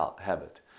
habit